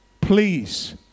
please